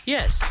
Yes